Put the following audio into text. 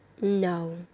No